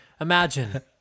Imagine